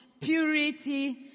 purity